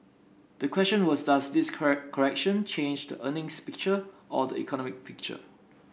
the question was does this correct correction change the earnings picture or the economic picture